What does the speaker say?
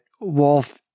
Wolf